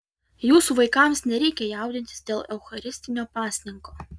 jūsų vaikams nereikia jaudintis dėl eucharistinio pasninko